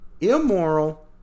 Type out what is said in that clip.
immoral